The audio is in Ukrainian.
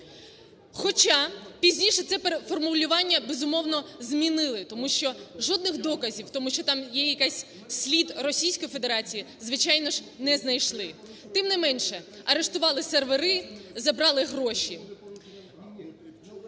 Хоча пізніше це формулювання, безумовно, змінили, тому що жодних доказів тому, що там є якийсь слід Російської Федерації, звичайно ж, не знайшли. Тим не менше арештували сервери, забрали гроші.